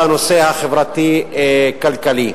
בנושא החברתי כלכלי.